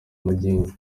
magendu